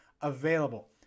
available